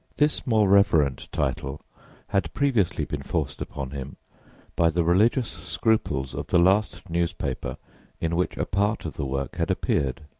this more reverent title had previously been forced upon him by the religious scruples of the last newspaper in which a part of the work had appeared,